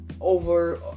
over